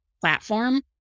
platform